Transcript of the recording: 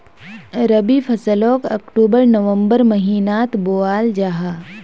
रबी फस्लोक अक्टूबर नवम्बर महिनात बोआल जाहा